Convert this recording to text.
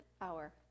hour